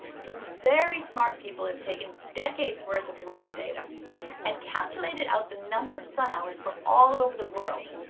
some very smart people have taken decades worth of weather data and calculated out the number of sun hours for all over the world,